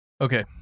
Okay